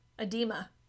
Edema